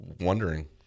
wondering